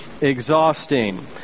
exhausting